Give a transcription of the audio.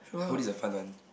so this a fun one